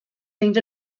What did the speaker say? themed